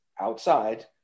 outside